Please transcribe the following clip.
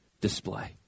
display